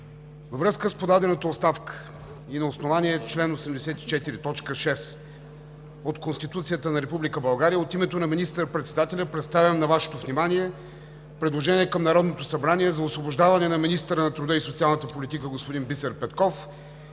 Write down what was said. Във връзка с подадената оставка и на основание чл. 84, т. 6 от Конституцията на Република България и от името на министър председателя представям на Вашето внимание предложение към Народното събрание за освобождаване на министъра на труда и социалната политика господин Бисер Петков